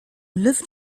lived